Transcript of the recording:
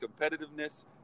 competitiveness